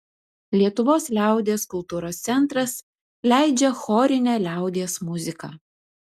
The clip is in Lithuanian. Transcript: lietuvos liaudies kultūros centras leidžia chorinę liaudies muziką